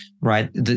right